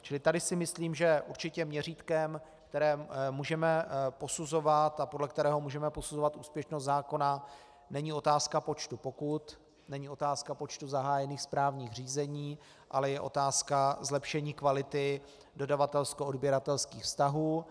Čili tady si myslím, že určitě měřítkem, které můžeme posuzovat a podle kterého můžeme posuzovat úspěšnost zákona, není otázka počtu pokut, není otázka počtu zahájených správních řízení, ale je otázka zlepšení kvality dodavatelskoodběratelských vztahů.